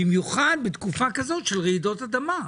במיוחד בתקופה כזאת של רעידות אדמה.